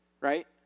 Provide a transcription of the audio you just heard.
right